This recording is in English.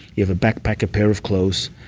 you have a backpack, a pair of clothes.